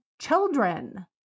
children